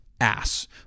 ass